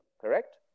correct